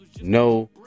no